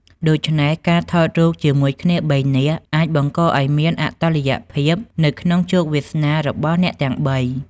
ដូច្នេះ ការថតរូបជាមួយគ្នាបីនាក់អាចបង្កឱ្យមានអតុល្យភាពនៅក្នុងជោគវាសនារបស់អ្នកទាំងបី។